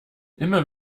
immer